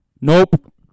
Nope